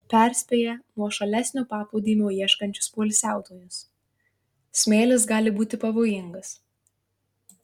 perspėja nuošalesnio paplūdimio ieškančius poilsiautojus smėlis gali būti pavojingas